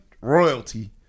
royalty